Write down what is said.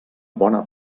bona